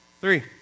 three